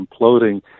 imploding